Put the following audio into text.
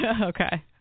Okay